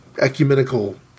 ecumenical